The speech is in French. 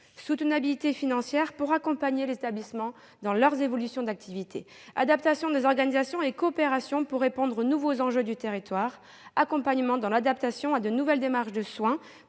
soutenabilité financière pour accompagner les établissements dans leurs évolutions d'activité ; adaptation des organisations et coopérations pour répondre aux nouveaux enjeux du territoire ; accompagnement dans l'adaptation à de nouvelles démarches de soins